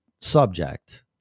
subject